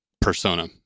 persona